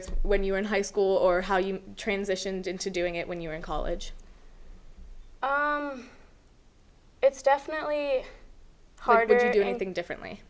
it's when you were in high school or how you transitioned into doing it when you were in college it's definitely hard to do anything differently